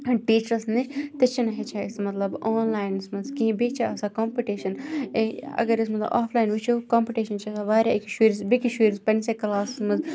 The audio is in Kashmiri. ٹیٖچرَس نِش تہِ چھِنہٕ ہیٚچھان أسۍ مَطلَب آن لاینَس مَنٛز کِہِنۍ بییٚہِ چھُ آسان کَمپِٹِشَن اَگَر أسۍ مَطلَب آفلایِن وٕچھو کَمپِٹِشَن چھُ آسان واریاہ أکِس شُرِس بیٚکِس شُرِس پَننِسی کلاسَس مَٛز